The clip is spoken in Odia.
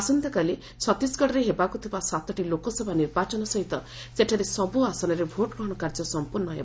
ଆସନ୍ତାକାଲି ଛତିଶଗଡ଼ରେ ହେବାକୁ ଥିବା ସାତଟି ଲୋକସଭା ନିର୍ବାଚନ ସହିତ ସେଠାରେ ସବୁ ଆସନରେ ଭୋଟ୍ ଗ୍ରହଣ କାର୍ଯ୍ୟ ସମ୍ପର୍ଣ୍ଣ ହେବ